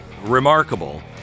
remarkable